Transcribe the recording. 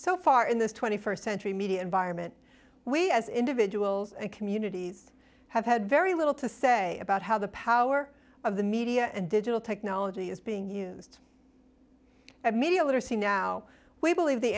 so far in this twenty first century media environment we as individuals and communities have had very little to say about how the power of the media and digital technology is being used a media literacy now we believe the